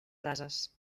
brases